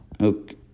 Okay